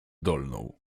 dolną